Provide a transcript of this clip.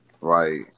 right